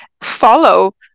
follow